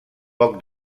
poc